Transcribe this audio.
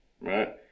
right